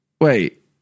Wait